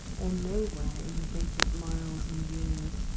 or nowhere in the vacant miles and years.